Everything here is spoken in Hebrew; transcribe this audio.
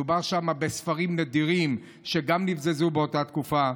מדובר שם בספרים נדירים שנבזזו באותה התקופה.